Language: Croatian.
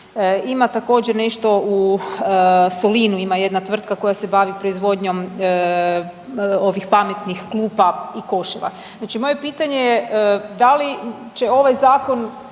Ima također nešto u Solinu ima jedna tvrtka koja se bavi proizvodnjom ovih pametnih klupa i koševa. Znači moje pitanje je, da li će ovaj zakon